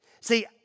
See